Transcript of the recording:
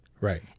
Right